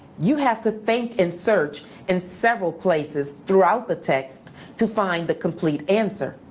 you have to think and search in several places throughout the text to find the complete answer.